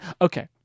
okay